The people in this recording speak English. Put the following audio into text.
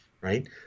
right